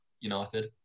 United